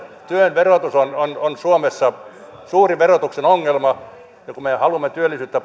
työn verotus on on suomessa suuri verotuksen ongelma kun me haluamme työllisyyttä